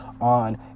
on